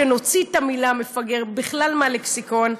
שנוציא את המילה מפגר בכלל מהלקסיקון.